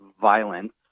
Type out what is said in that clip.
violence